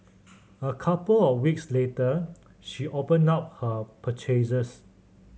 a couple of weeks later she opened up her purchases